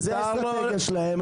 זה האסטרטגיה שלהם.